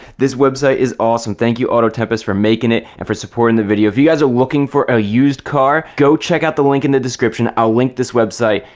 this website is awesome thank you auto tempest for making it and for support in the video if you guys are looking for a used car go check out the link in the description. i'll link this website.